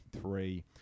three